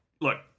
look